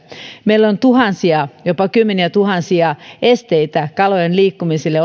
meillä on olemassa tuhansia jopa kymmeniätuhansia esteitä kalojen liikkumiselle